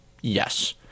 yes